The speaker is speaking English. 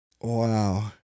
Wow